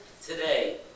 today